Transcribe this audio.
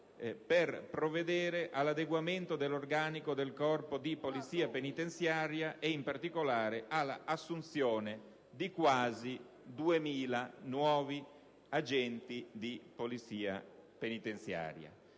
per provvedere all'adeguamento dell'organico del Corpo di polizia penitenziaria, e in particolare all'assunzione di quasi 2.000 nuovi agenti di polizia penitenziaria.